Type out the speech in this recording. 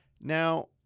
Now